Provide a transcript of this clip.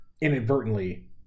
inadvertently